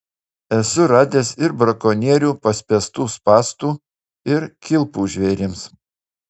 esu radęs ir brakonierių paspęstų spąstų ir kilpų žvėrims